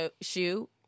shoe